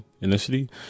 initially